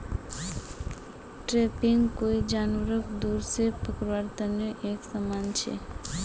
trapping कोई जानवरक दूर से पकड़वार तने एक समान छे